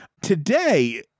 Today